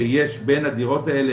שיש בין הדירות האלה,